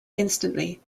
instantly